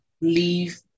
leave